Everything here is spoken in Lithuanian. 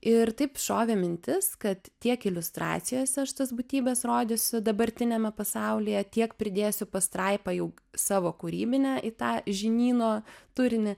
ir taip šovė mintis kad tiek iliustracijose aš tas būtybės rodysiu dabartiniame pasaulyje tiek pridėsiu pastraipą jau savo kūrybinę į tą žinyno turinį